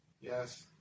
Yes